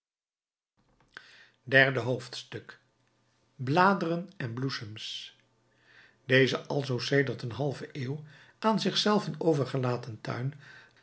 derde hoofdstuk bladeren en bloesems deze alzoo sedert een halve eeuw aan zich zelven overgelaten tuin